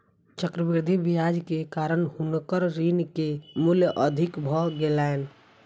चक्रवृद्धि ब्याज के कारण हुनकर ऋण के मूल अधिक भ गेलैन